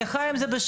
אני חיה עם זה בשלום.